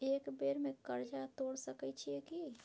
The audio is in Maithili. एक बेर में कर्जा तोर सके छियै की?